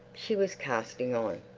she was casting on.